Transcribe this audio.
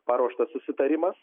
paruoštas susitarimas